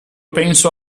penso